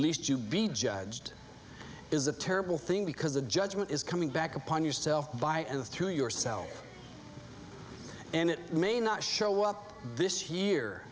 least you be judged is a terrible thing because the judgment is coming back upon yourself by and through yourself and it may not show up this year